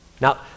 Now